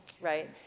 right